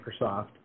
Microsoft